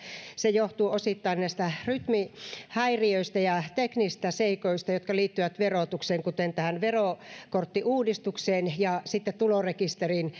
se johtuu osittain näistä rytmihäiriöistä ja teknisistä seikoista jotka liittyvät verotukseen kuten tähän verokorttiuudistukseen ja tulorekisterin